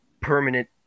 permanent